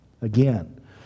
Again